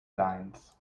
lines